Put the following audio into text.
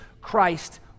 Christ